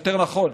יותר נכון,